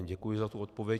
Děkuji za tu odpověď.